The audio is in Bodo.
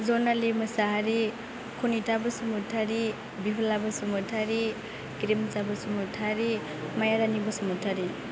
जनालि माेसाहारी खनिथा बुसुमतारी बिहुला बुसुमतारी गेरेमसा बुसुमतारी माया रानि बुसुमतारी